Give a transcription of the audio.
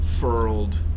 furled